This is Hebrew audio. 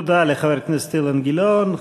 תודה לחבר הכנסת אילן גילאון.